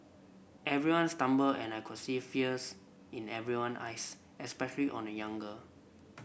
everyone stumbled and I could see fears in everyone eyes especially on a young girl